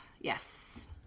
Yes